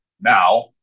Now